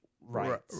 right